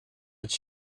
być